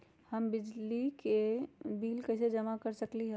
हम बिजली के बिल कईसे जमा कर सकली ह?